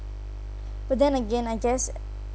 but then again I guess